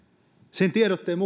siinä tiedotteessa